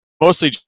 mostly